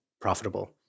profitable